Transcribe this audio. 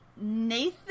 Nathan